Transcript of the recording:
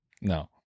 No